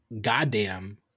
goddamn